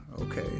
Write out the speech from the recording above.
okay